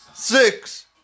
Six